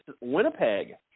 Winnipeg